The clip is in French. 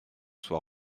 soit